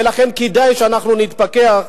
ולכן כדאי שאנחנו נתפכח,